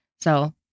So-